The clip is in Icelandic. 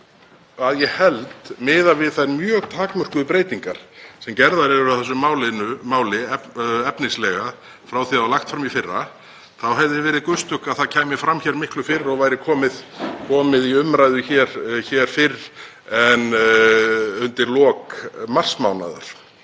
en miðað við þær mjög takmörkuðu breytingar sem gerðar eru á þessu máli efnislega frá því það var lagt fram í fyrra þá hefði verið gustuk að það kæmi fram miklu fyrr og væri komið í umræðu hér fyrr en undir lok marsmánaðar.